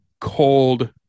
cold